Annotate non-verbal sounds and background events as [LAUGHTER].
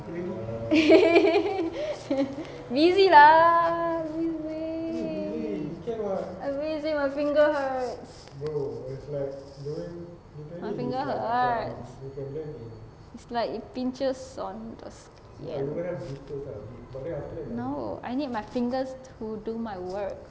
[LAUGHS] busy lah busy busy my fingers hurts my finger hurt is like pinches on the skin no I need my fingers to do my work